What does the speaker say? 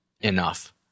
enough